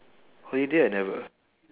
holiday I never